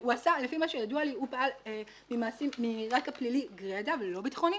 לפי מה שידוע לי הוא פעל מרקע פלילי גרידא ולא ביטחוני,